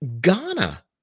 Ghana